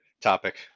topic